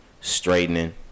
straightening